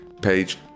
page